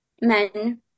men